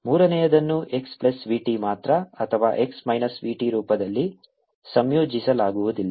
ಮೂರನೆಯದನ್ನು x plus v t ಮಾತ್ರ ಅಥವಾ x minus v t ರೂಪದಲ್ಲಿ ಸಂಯೋಜಿಸಲಾಗುವುದಿಲ್ಲ